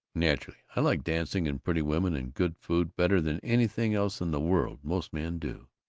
naturally. i like dancing and pretty women and good food better than anything else in the world. most men do.